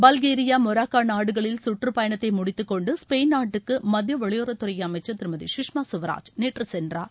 Bulgaria Morocco நாடுகளில் சுற்றப்பயணத்தை முடித்துகொண்டு ஸ்பெயின் நாட்டுக்கு மத்திய வெளியறவுத்துறை அமைச்சர் திருமித சுஷ்மா சுவராஜ் நேற்று சென்றார்